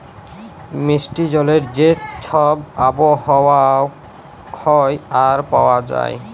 মিষ্টি জলের যে ছব আবহাওয়া হ্যয় আর পাউয়া যায়